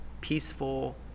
peaceful